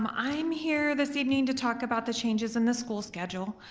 um i'm here this evening to talk about the changes in the school schedule,